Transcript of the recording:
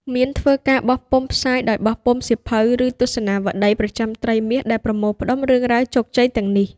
មានធ្វើការបោះពុម្ពផ្សាយដោយបោះពុម្ពសៀវភៅ ឬទស្សនាវដ្ដីប្រចាំត្រីមាសដែលប្រមូលផ្តុំរឿងរ៉ាវជោគជ័យទាំងនេះ។